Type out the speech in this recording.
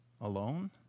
alone